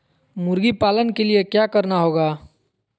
मुर्गी पालन के लिए क्या करना होगा?